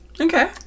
Okay